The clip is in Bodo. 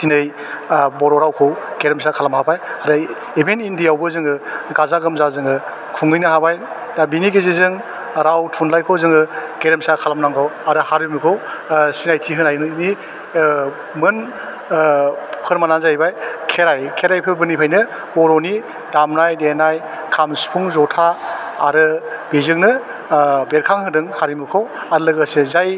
दिनै बर' रावखौ गेरेमसा खालामनो हाबाय आरो इभेन इण्डियायावबो जोङो गाजा गोमजा जोङो खुंहैनो हाबाय दा बेनि गेजेरजों राव थुनलाइखौ जोङो गेरेमसा खालामनांगौ आरो हारिमुखौ सिनायथि होनायनि मोन फोरमानानो जाहैबाय खेराइ खेराइ फोरबोनिफ्रायनो बर'नि दामनाय देनाय खाम सिफुं जथा आरो बेजोंनो बेरखां होदों हारिमुखौ आरो लोगोसे जाय